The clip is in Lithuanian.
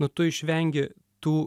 na tu išvengi tų